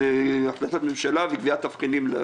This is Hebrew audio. של החלטת ממשלה וקביעת תבחינים.